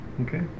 Okay